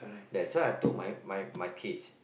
that's why I told my my my kids